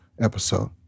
episode